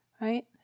right